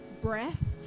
breath